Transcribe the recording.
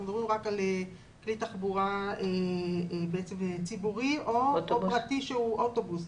אנחנו מדברים רק על כלי תחבורה ציבורי או פרטי שהוא אוטובוס.